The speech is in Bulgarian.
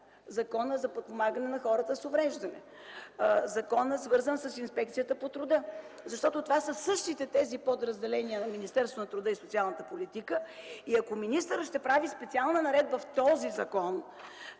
Закона за подпомагане на хората с увреждания, закона, свързан с Инспекцията по труда, защото това са същите тези подразделения на Министерството на труда и социалната политика. Ако министърът ще прави специална наредба в този закон